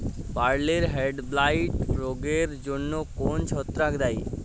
বার্লির হেডব্লাইট রোগের জন্য কোন ছত্রাক দায়ী?